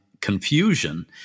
confusion